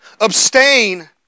Abstain